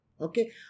Okay